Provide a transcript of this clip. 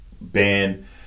ban